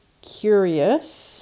curious